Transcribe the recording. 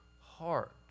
heart